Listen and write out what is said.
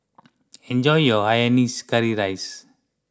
enjoy your Hainanese Curry Rice